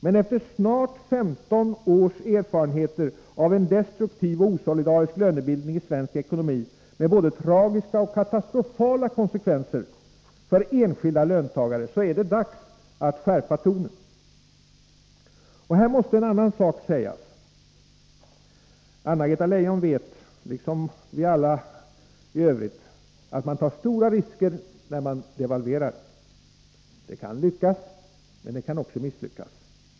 Men efter snart 15 års erfarenheter av en destruktiv och osolidarisk lönebildning i svensk ekonomi med både tragiska och katastrofala konsekvenser för enskilda löntagare är det dags att skärpa tonen. Här måste en annan sak sägas. Anna-Greta Leijon vet att man tar stora risker när man devalverar. Det kan lyckas, men det kan också misslyckas.